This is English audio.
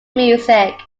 music